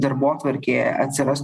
darbotvarkė atsiras